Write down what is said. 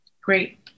Great